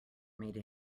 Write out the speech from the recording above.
made